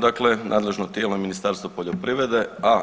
Dakle, nadležno tijelo Ministarstvo poljoprivrede, a